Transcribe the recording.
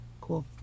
Cool